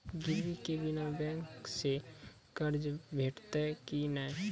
गिरवी के बिना बैंक सऽ कर्ज भेटतै की नै?